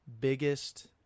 biggest